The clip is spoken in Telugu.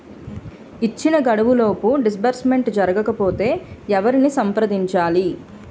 ఇచ్చిన గడువులోపు డిస్బర్స్మెంట్ జరగకపోతే ఎవరిని సంప్రదించాలి?